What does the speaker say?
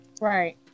Right